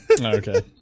Okay